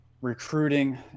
recruiting